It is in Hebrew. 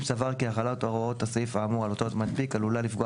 אם סבר כי החלת הוראות הסעיף האמור על אותו מנפיק עלולה לפגוע